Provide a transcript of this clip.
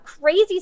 crazy